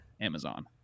Amazon